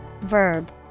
verb